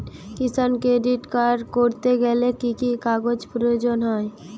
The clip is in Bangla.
কিষান ক্রেডিট কার্ড করতে গেলে কি কি কাগজ প্রয়োজন হয়?